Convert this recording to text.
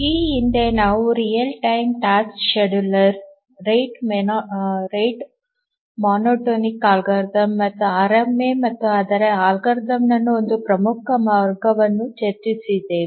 ಈ ಹಿಂದೆ ನಾವು real time task scheduler rate monotonic algorithm ಅಥವಾ ಆರ್ಎಂಎ ಮತ್ತು ಅದರ ಅಲ್ಗಾರಿದಮ್ನ ಒಂದು ಪ್ರಮುಖ ವರ್ಗವನ್ನು ಚರ್ಚಿಸಿದ್ದೇವೆ